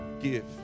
give